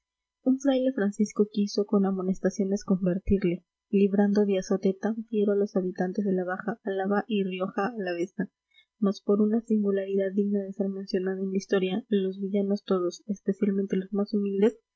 un fraile francisco quiso con amonestaciones convertirle librando de azote tan fiero a los habitantes de la baja álava y rioja alavesa mas por una singularidad digna de ser mencionada en la historia los villanos todos especialmente los más humildes